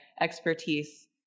expertise